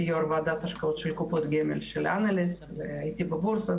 יו"ר ועדת השקעות של קופות גמל של אנליסט והייתי בבורסה,